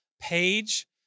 page